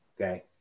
Okay